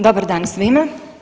Dobar dan svima.